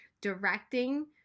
directing